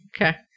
Okay